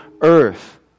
earth